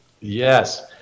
Yes